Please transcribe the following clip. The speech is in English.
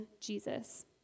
Jesus